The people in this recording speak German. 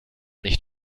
nicht